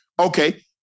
Okay